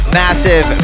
massive